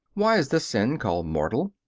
why is this sin called mortal?